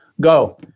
go